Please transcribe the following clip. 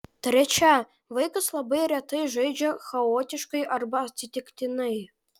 trečia vaikas labai retai žaidžia chaotiškai arba atsitiktinai